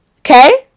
Okay